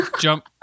jump